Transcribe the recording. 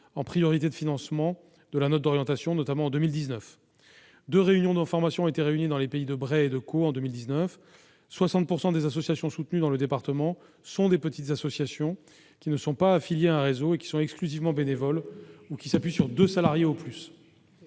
en priorité de financement de la note d'orientation, notamment en 2019. Deux réunions d'information ont été organisées dans les pays de Bray et de Caux en 2019, et 60 % des associations soutenues dans le département sont de petites associations qui ne sont pas affiliées à un réseau et qui sont exclusivement bénévoles ou s'appuient sur deux salariés au plus.